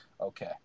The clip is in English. Okay